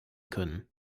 können